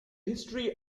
history